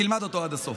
תלמד אותו עד הסוף.